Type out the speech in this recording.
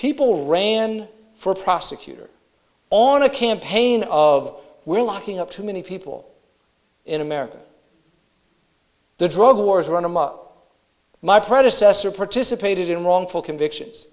people ran for prosecutor on a campaign of we're locking up too many people in america the drug wars run amok my predecessor participated in wrongful convictions